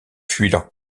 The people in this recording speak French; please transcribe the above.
fuient